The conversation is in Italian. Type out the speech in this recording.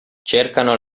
cercano